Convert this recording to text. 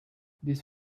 this